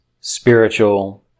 spiritual